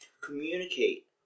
communicate